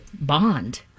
Bond